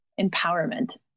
empowerment